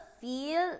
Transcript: feel